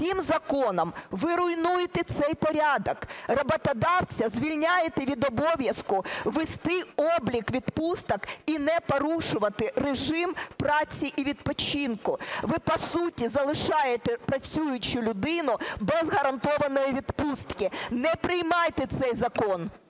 Цим законом ви руйнуєте цей порядок, роботодавця звільняєте від обов'язку вести облік відпусток і не порушувати режим праці і відпочинку. Ви, по суті, залишаєте працюючу людину без гарантованої відпустки. Не приймайте цей закон!